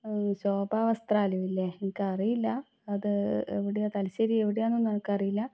ശോഭ വസ്ത്രാലയമില്ലേ എനിക്ക് അറിയില്ല അത് എവിടെയാ തലശ്ശേരി എവിടെയാന്നൊന്നും എനിക്ക് അറിയില്ല